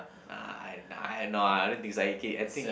nah I nah I no I don't think so okay I think